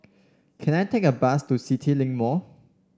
can I take a bus to CityLink Mall